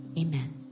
amen